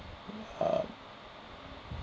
err